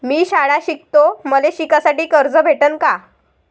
मी शाळा शिकतो, मले शिकासाठी कर्ज भेटन का?